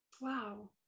Wow